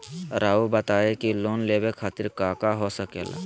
रउआ बताई की लोन लेवे खातिर काका हो सके ला?